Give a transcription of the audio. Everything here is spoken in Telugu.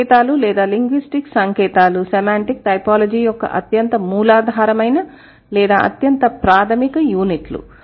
సంకేతాలు లేదా లింగ్విస్టిక్ సంకేతాలు సెమాంటిక్ టైపోలాజీ యొక్క అత్యంత మూలాధారమైన లేదా అత్యంత ప్రాథమిక యూనిట్లు